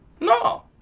No